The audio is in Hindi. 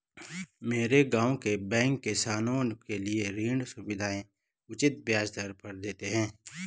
मेरे गांव के बैंक किसानों के लिए ऋण सुविधाएं उचित ब्याज पर देते हैं